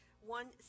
one